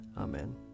Amen